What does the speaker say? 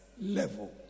level